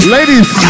Ladies